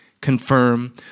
confirm